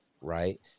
Right